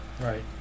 Right